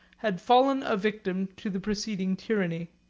had fallen a victim to the preceding tyranny.